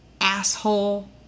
asshole